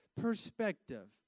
perspective